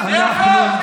אנחנו,